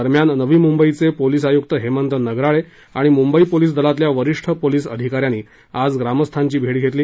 दरम्यान नवी मुंबईचे पोलीस आयुक्त हेमंत नगराळे आणि मुंबई पोलीस दलातल्या वरिष्ठ पोलीस अधिका यांनी आज ग्रामस्थांची भेट घेतली